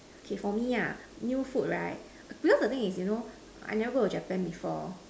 okay for me ah new food right because the thing is you know I never go to Japan before